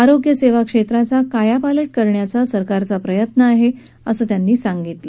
आरोग्यसेवा क्षेत्राचा कायापालट करण्याचा सरकारचा प्रयत्न आहे असं त्यांनी सांगितलं